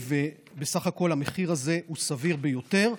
בסך הכול, המחיר הזה הוא סביר ביותר.